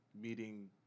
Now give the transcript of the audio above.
meeting